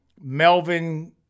Melvin